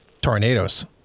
tornadoes